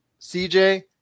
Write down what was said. CJ